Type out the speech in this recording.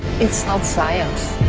it's not science.